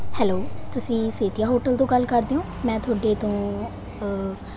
hello ਤੁਸੀਂ Setia hotel ਤੋਂ ਗੱਲ ਕਰਦੇ ਹੋ ਮੈਂ ਤੁਹਾਡੇ ਤੋਂ